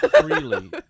Freely